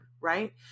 right